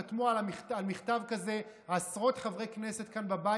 חתמו על המכתב הזה עשרות חברי כנסת כאן,